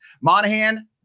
Monahan